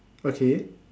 okay